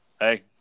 hey